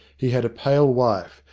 he had a pale wife,